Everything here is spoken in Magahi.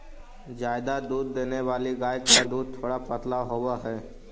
ज्यादा दूध देने वाली गाय का दूध थोड़ा पतला होवअ हई